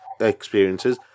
experiences